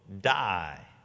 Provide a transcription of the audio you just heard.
die